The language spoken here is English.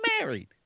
married